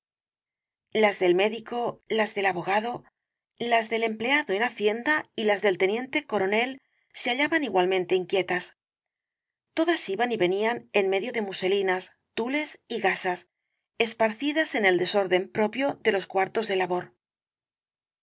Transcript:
las del médico las del abogado las del empleado tomo i v rosalía de castro en hacienda y las del teniente coronel se hallaban igualmente inquietas todas iban y venían en medio de muselinas tules y gasas esparcidas en el desorden propio de los cuartos de labor